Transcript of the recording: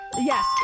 Yes